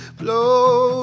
blow